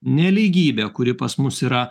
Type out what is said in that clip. nelygybė kuri pas mus yra